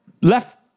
left